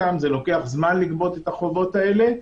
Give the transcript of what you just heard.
זה לוקח זמן לגבות את החובות האלה,